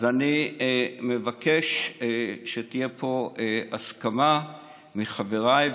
אז אני מבקש שתהיה פה הסכמה של חבריי,